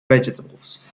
vegetables